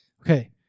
Okay